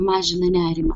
mažina nerimą